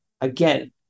again